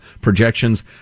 projections